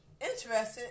interested